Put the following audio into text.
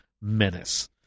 menace